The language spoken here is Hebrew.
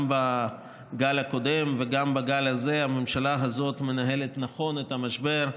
גם בגל הקודם וגם בגל הזה הממשלה הזאת מנהלת נכון את המשבר,